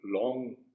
long